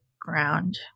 ground